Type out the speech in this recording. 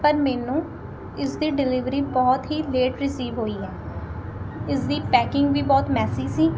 ਪਰ ਮੈਨੂੰ ਇਸਦੀ ਡਿਲੀਵਰੀ ਬਹੁਤ ਹੀ ਲੇਟ ਰਿਸੀਵ ਹੋਈ ਹੈ ਇਸਦੀ ਪੈਕਿੰਗ ਵੀ ਬਹੁਤ ਮੈਸੀ ਸੀ